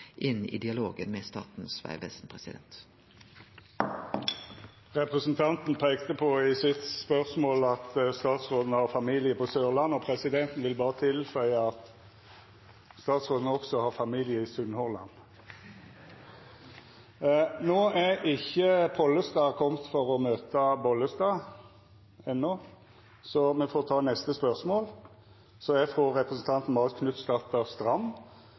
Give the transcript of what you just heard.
inn i dialogen med Statens vegvesen. Representanten peikte i spørsmålet på at statsråden har familie på Sørlandet, og presidenten vil berre tilføya at statsråden også har familie i Sunnhordland. Neste spørsmål er frå representanten Geir Pollestad. Representanten Pollestad har enno